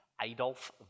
Adolf